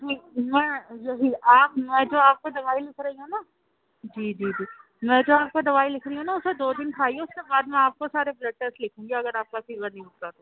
نہیں میں جو بھی آپ میں تو آپ کو دوائی لکھ رہی ہوں نا جی جی جی میں جو آپ کو دوائی لکھ رہی ہوں اسے دو دن کھائیے اس کے بعد میں آپ کو سارے بلڈ ٹیسٹ لکھوں گی اگر آپ کا فیور نہیں اترا تو